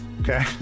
Okay